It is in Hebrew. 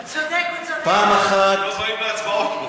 הם לא באים להצבעות.